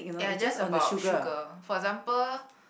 ya just about sugar for example